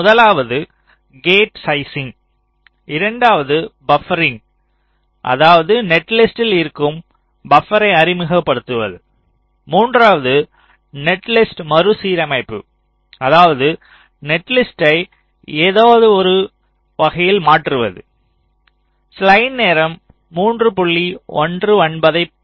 முதலாவது gate sizing இரண்டாவது buffering அதாவது நெட்லிஸ்ட்டில் இருக்கும் பபரை அறிமுகப்படுத்துவது மூன்றாவது நெட்லிஸ்ட் மறுசீரமைப்பு அதாவது நெட்லிஸ்ட்டை ஏதோவொரு வகையில் மாற்றுவது